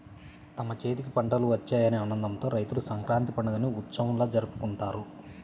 తమ చేతికి పంటలు వచ్చాయనే ఆనందంతో రైతులు సంక్రాంతి పండుగని ఉత్సవంలా జరుపుకుంటారు